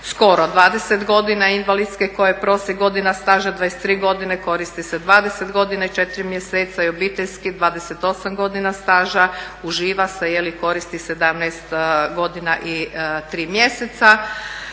skoro 20 godina i invalidske kojoj je prosjek godina staža 23 godine koristi se 20 godina i 4 mjeseca i obiteljske 28 godina staža. Uživa se, koristi se 17 godina i 3 mjeseca.